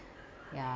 yeah